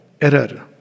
error